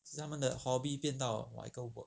是他们的 hobby 变到 like 一个 work